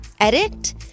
edit